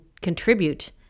contribute